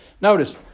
Notice